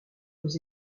aux